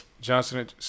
Johnson &